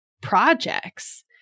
projects